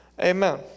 Amen